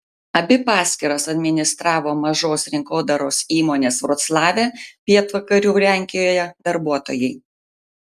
abi paskyras administravo mažos rinkodaros įmonės vroclave pietvakarių lenkijoje darbuotojai